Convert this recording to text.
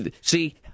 see